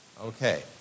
Okay